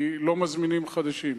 כי לא מזמינים חדשים.